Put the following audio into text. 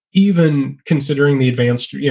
even considering the advanced, you yeah